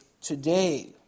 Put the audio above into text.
today